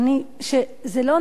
שזה לא נכון,